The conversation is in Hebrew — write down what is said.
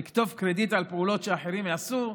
לקטוף קרדיט על פעולות שאחרים עשו,